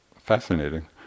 fascinating